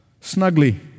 snugly